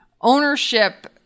ownership